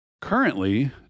Currently